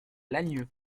lagnieu